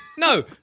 No